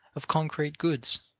of concrete goods.